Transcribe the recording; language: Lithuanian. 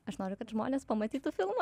aš noriu kad žmonės pamatytų filmą